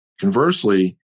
Conversely